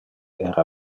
era